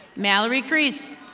malorie creese.